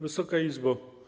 Wysoka Izbo!